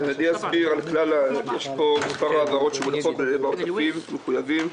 יש פה מספר העברות שמונחות בעודפים מחויבים.